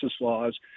laws